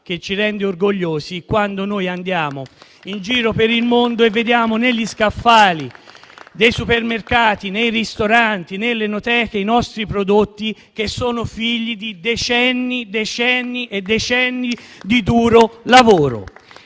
che ci rende orgogliosi quando noi andiamo in giro per il mondo e vediamo negli scaffali dei supermercati, nei ristoranti e nelle enoteche i nostri prodotti, che sono figli di decenni e decenni di duro lavoro.